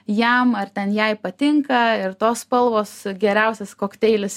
jam ar ten jai patinka ir tos spalvos geriausias kokteilis